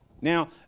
Now